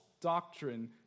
doctrine